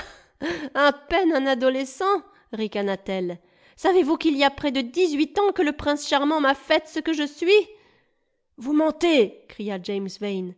a peine un adolescent ricana t elle savez vous qu'il y a près de dix-huit ans que le prince charmant m'a faite ce que je suis vous mentez cria james